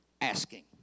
asking